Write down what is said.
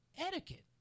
Etiquette